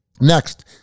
Next